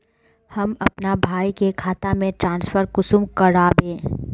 हम अपना भाई के खाता में ट्रांसफर कुंसम कारबे?